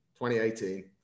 2018